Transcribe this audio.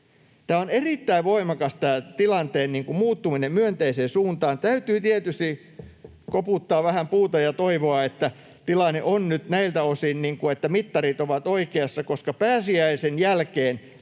Tämä tilanteen muuttuminen myönteiseen suuntaan on erittäin voimakas. Täytyy tietysti koputtaa vähän puuta ja toivoa, että tilanne on nyt näiltä osin sellainen, että mittarit ovat oikeassa, koska pääsiäisen jälkeen